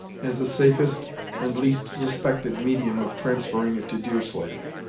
as the safest and least suspected medium of transferring it to deerslayer.